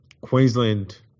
Queensland